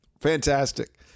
fantastic